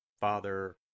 Father